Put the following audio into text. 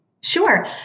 Sure